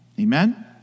Amen